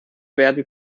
werden